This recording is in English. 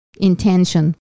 intention